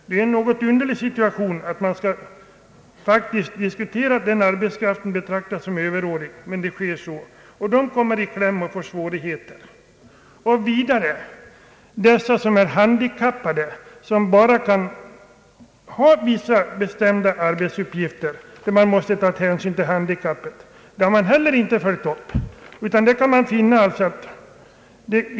Det är en något underlig situation att man skall betrakta den arbetskraften som Överårig, men så är det faktiskt. Vidare har man heller inte alltid följt upp problemen för handikappade, som på grund av sitt handikapp endast kan ha vissa bestämda arbetsuppgifter.